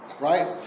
right